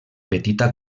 petita